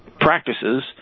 practices